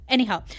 Anyhow